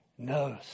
knows